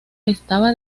estaba